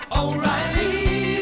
O'Reilly